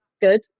good